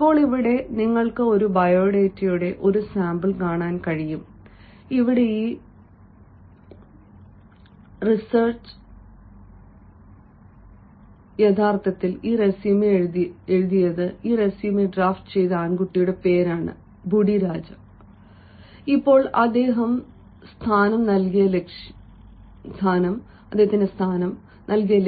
ഇപ്പോൾ ഇവിടെ നിങ്ങൾക്ക് ഒരു ബയോഡാറ്റയുടെ ഒരു സാമ്പിൾ കാണാൻ കഴിയും അവിടെ ഈ നിസ്ചേ ബുഡിരാജ യഥാർത്ഥത്തിൽ ഈ റെസ്യൂമെ എഴുതിയതു ഈ റെസ്യൂമെ ഡ്രാഫ്റ്റ് ചെയ്ത ആൺകുട്ടിയുടെ പേരാണ് ഇപ്പോൾ അദ്ദേഹം സ്ഥാനം നൽകിയ